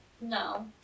No